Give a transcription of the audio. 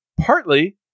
partly